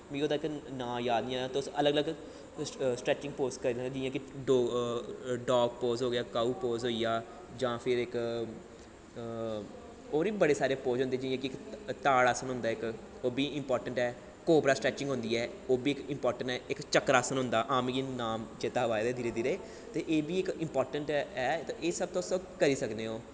मिगी ओह्दा इक नांऽ याद निं आ दा तुस अलग अलग स्टैचिंग पोज़ करी सकदे जियां कि डो डॉक पोज होई गेआ कऊ पोज होई गेआ जां फिर इक होर बी बड़े सारे पोज़ होंदे जियां कि इक ताड़ आसन होंदा इक ओह् बी इंपार्टैंट ऐ कोबरा स्ट्रैचिंग होंदी ऐ ओह् बी इक इंपार्टैंट ऐ इक चक्कर आसन होंदा हां मिगी नामा चेत्ता आवा दे धीरे धीरे ते एह् बी इक इंपार्टैंट ऐ ते एह् सब तुस करी सकने ओ